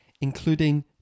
including